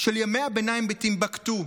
של ימי הביניים בטימבוקטו,